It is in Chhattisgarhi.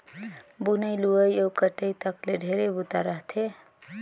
बुनई, लुवई अउ कटई तक ले ढेरे बूता रहथे